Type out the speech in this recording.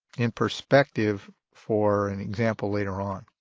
in perspective for an example later on.